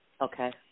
Okay